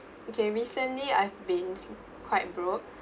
okay recently I've been quite broke